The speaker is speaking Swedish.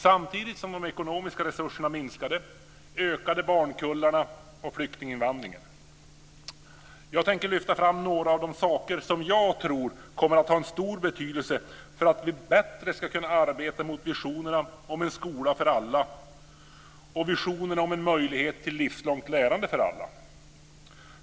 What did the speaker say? Samtidigt som de ekonomiska resurserna minskade ökade barnkullarna och flyktinginvandringen. Jag tänker lyfta fram några av de saker som jag tror kommer att ha stor betydelse för att vi bättre ska kunna arbeta mot visionerna om en skola för alla och om en möjlighet till livslångt lärande för alla.